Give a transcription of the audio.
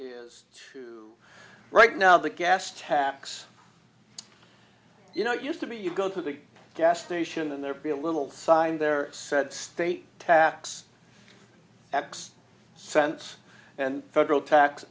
is to right now the gas tax you know it used to be you go to the gas station and there be a little sign there said state tax x cents and federal tax